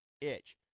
itch